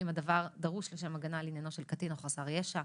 אם הדבר דרוש לשם הגנה לעניינו של קטין או חסר ישע,